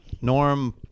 Norm